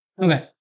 okay